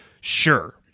sure